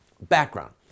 Background